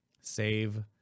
Save